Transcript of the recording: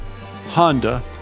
Honda